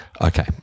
Okay